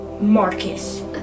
Marcus